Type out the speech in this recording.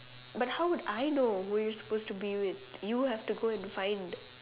but how would I know who you're supposed to be with you have to go and find